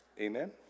Amen